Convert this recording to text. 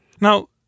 Now